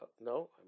no